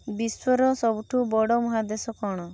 ବିଶ୍ୱର ସବୁଠୁ ବଡ଼ ମହାଦେଶ କ'ଣ